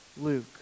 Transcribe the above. Luke